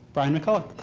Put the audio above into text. brian mccullough